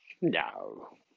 no